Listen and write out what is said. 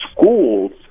schools